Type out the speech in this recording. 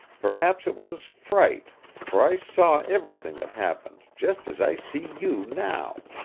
perhaps it was fright, for i saw everything that happened just as i see you now.